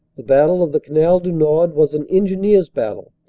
the battle of the canal du nord was an engineers' battle.